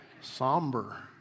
somber